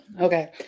Okay